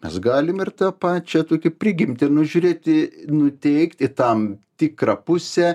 mes galim ir tą pačią tu tik prigimtį nužiūrėti nuteikti tam tikrą pusę